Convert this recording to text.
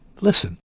Listen